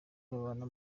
babana